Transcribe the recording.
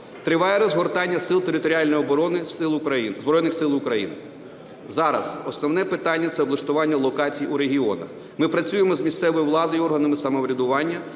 оборони, Збройних Сил України. Зараз основне питання – це облаштування локацій у регіонах. Ми працюємо з місцевою владою і органами самоврядування,